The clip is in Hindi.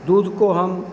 दूध को हम